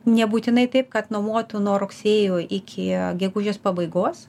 nebūtinai taip kad nuomotų nuo rugsėjo iki gegužės pabaigos